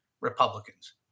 Republicans